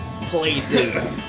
places